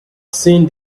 seen